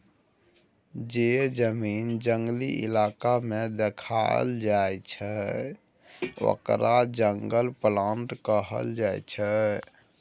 जे जमीन जंगली इलाका में देखाएल जाइ छइ ओकरा जंगल प्लॉट कहल जाइ छइ